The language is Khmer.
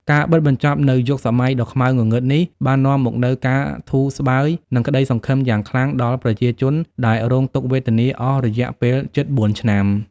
ការបិទបញ្ចប់នូវយុគសម័យដ៏ខ្មៅងងឹតនេះបាននាំមកនូវការធូរស្បើយ និងក្តីសង្ឃឹមយ៉ាងខ្លាំងដល់ប្រជាជនដែលរងទុក្ខវេទនាអស់រយៈពេលជិត ៤ ឆ្នាំ។